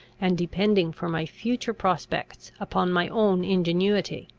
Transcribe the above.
and depending for my future prospects upon my own ingenuity.